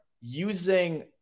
using